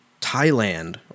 Thailand